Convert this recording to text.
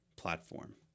platform